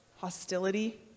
hostility